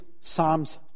Psalms